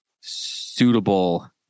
suitable